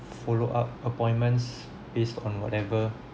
follow up appointments based on whatever